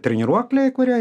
treniruokliai kurie